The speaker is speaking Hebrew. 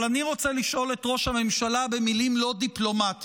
אבל אני רוצה לשאול את ראש הממשלה במילים לא דיפלומטיות,